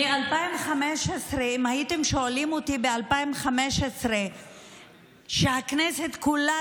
אם הייתם אומרים לי ב-2015 שהכנסת כולה